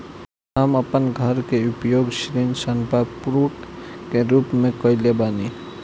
हम अपन घर के उपयोग ऋण संपार्श्विक के रूप में कईले बानी